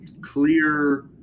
clear